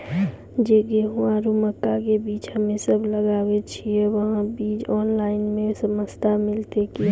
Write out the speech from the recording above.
जे गेहूँ आरु मक्का के बीज हमे सब लगावे छिये वहा बीज ऑनलाइन मे सस्ता मिलते की?